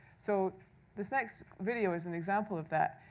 so this next video is an example of that.